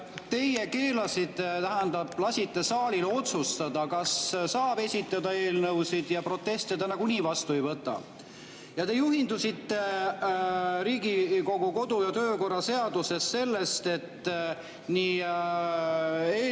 Teie keelasite, tähendab, lasite saalil otsustada, kas saab esitada eelnõusid. Ja proteste te nagunii vastu ei võta. Te juhindusite Riigikogu kodu- ja töökorra seadust [tõlgendades] sellest, et nii eelnõude